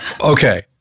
Okay